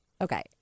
Okay